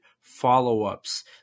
follow-ups